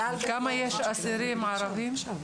כמה אסירים ערבים יש?